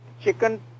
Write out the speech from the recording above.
chicken